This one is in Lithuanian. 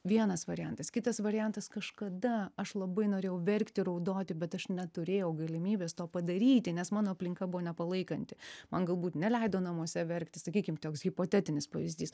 vienas variantas kitas variantas kažkada aš labai norėjau verkti raudoti bet aš neturėjau galimybės to padaryti nes mano aplinka buvo nepalaikanti man galbūt neleido namuose verkti sakykim toks hipotetinis pavyzdys